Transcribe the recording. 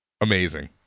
amazing